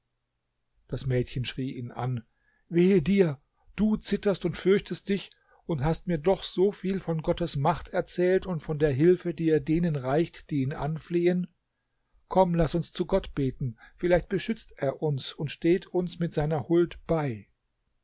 das mädchen schrie ihn an wehe dir du zitterst und fürchtest dich und hast mir doch so viel von gottes macht erzählt und von der hilfe die er denen reicht die ihn anflehen komm laß uns zu gott beten vielleicht beschützt er uns und steht uns mit seiner huld bei